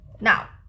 Now